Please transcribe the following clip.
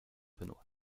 benoit